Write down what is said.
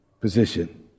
position